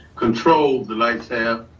controlled the lights have,